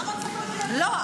למה צריך --- לא,